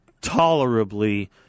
tolerably